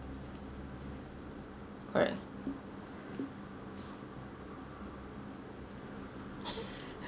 correct